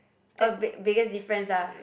oh big biggest difference ah